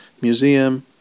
museum